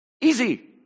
easy